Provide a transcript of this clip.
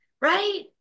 Right